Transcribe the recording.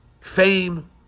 fame